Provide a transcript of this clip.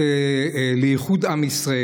לאיחוד עם ישראל,